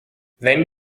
then